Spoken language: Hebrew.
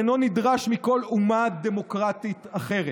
אינו נדרש מכל אומה דמוקרטית אחרת,